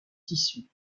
tissus